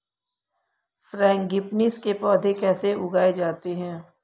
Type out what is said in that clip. Frangipanis के पौधे कैसे उगाए जाते हैं?